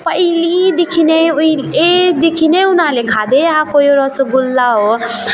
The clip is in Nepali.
पहिल्यैदेखि नै उहिलेदेखि नै उनीहरूले खाँदै आएको यो रसोगुल्ला हो